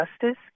justice